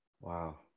Wow